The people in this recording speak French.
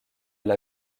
elle